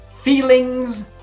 feelings